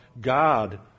God